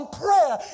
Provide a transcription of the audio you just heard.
prayer